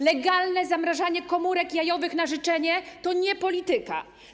Legalne zamrażanie komórek jajowych na życzenie to nie polityka.